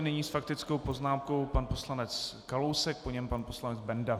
Nyní s faktickou poznámkou pan poslanec Kalousek, po něm pan poslanec Benda.